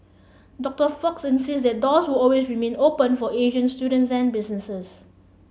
Doctor Fox insists that the doors will always remain open for Asian students and businesses